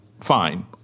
fine